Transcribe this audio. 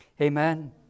Amen